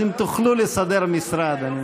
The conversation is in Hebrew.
אז אם תוכלו לסדר משרד.